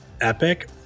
epic